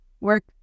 work